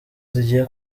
zigiye